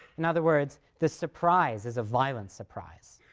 in other words, this surprise is a violent surprise.